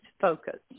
Focus